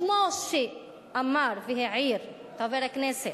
כמו שאמר והעיר חבר הכנסת,